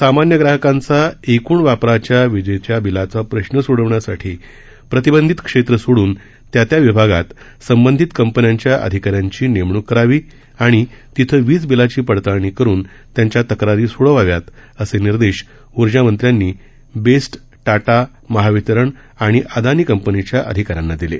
सामान्य ग्राहकांचा एकृण वापराच्या वीजेच्या बिलाचा प्रश्न सोडवण्यासाठी प्रतिबंधित क्षेत्र सोइन त्या त्या विभागात संबंधित कंपन्यांच्या अधिकाऱ्यांची नेमणूक करावी आणि तेथे वीज बिलाची पडताळणी करून त्यांच्या तक्रारी सोडवण्यात याव्यात असे निर्देश ऊर्जामंत्र्यांनी यांनी बेस्ट टाटा महावितरण व अदानी कंपनीच्या अधिकाऱ्यांना दिले